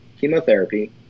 chemotherapy